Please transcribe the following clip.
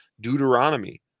deuteronomy